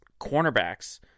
cornerbacks